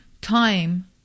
Time